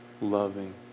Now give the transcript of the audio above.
loving